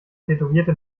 tätowierte